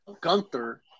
Gunther